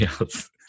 else